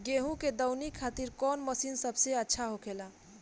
गेहु के दऊनी खातिर कौन मशीन सबसे अच्छा होखेला?